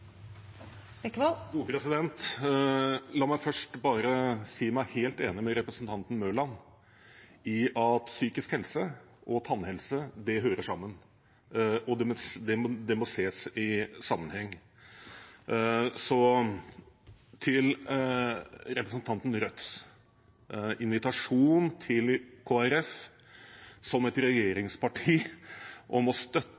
La meg først si meg helt enig med representanten Mørland i at psykisk helse og tannhelse hører sammen og må ses i sammenheng. Så til representanten fra Rødts invitasjonen til Kristelig Folkeparti, som er et regjeringsparti, om å støtte